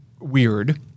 weird